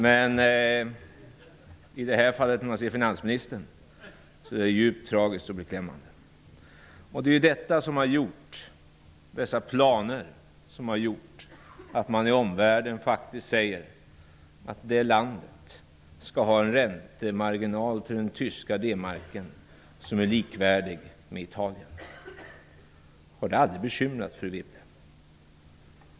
Men i det här fallet är det djupt tragiskt och beklämmande att höra finansministern. Det är dessa planer som har gjort att man i omvärlden faktiskt säger att detta land skall ha en räntemarginal till den tyska D-marken som är likvärdig med Italiens. Har det aldrig bekymrat fru Wibble?